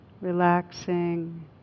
relaxing